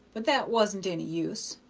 but that wasn't any use,